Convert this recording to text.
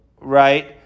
right